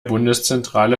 bundeszentrale